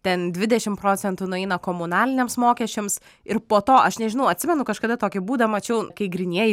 ten dvidešim procentų nueina komunaliniams mokesčiams ir po to aš nežinau atsimenu kažkada tokį būdą mačiau kai grynieji